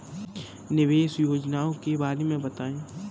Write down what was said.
निवेश योजनाओं के बारे में बताएँ?